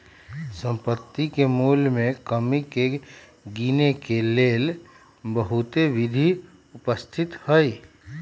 सम्पति के मोल में कमी के गिनेके लेल बहुते विधि उपस्थित हई